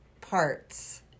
parts